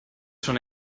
schon